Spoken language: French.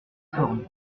forme